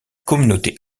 communauté